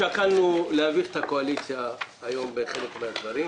שקלנו להביך את הקואליציה היום בחלק מן הדברים.